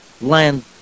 land